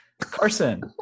Carson